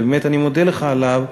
ובאמת אני מודה לך עליו,